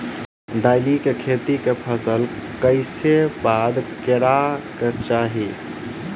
दालि खेती केँ फसल कऽ बाद करै कऽ चाहि?